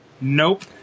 Nope